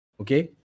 Okay